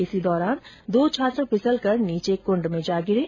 इसी दौरान दो छात्र फिसलकर नीचे कुंड में जा गिरे